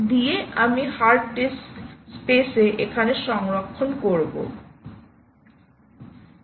দিয়ে আমি hard disk স্পেসে এখানে সংরক্ষণ করব